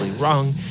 wrong